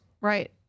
Right